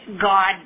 God